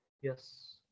Yes